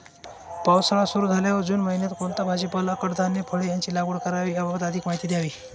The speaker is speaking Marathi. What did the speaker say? पावसाळा सुरु झाल्यावर जून महिन्यात कोणता भाजीपाला, कडधान्य, फळे यांची लागवड करावी याबाबत अधिक माहिती द्यावी?